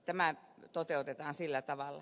tämä toteutetaan sillä tavalla